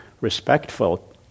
respectful